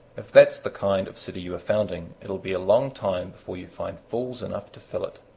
if that's the kind of city you are founding, it'll be a long time before you find fools enough to fill it.